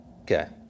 Okay